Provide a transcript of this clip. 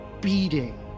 beating